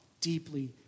deeply